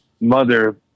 Mother